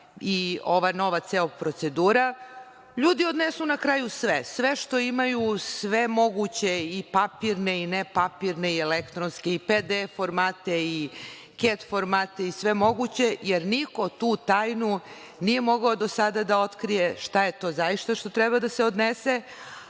i ova nova cela procedura, ljudi odnesu na kraju sve, sve što imaju, sve moguće, i papirne, i nepapirne, i elektronske, i PDF formate, i CAT formate, i sve moguće, jer niko tu tajnu nije mogao do sada da otkrije šta je to zaista što treba da se odnose,